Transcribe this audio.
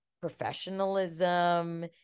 professionalism